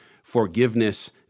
forgiveness